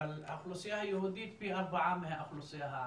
אבל האוכלוסייה היהודית פי ארבעה מהאוכלוסייה הערבית.